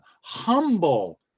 humble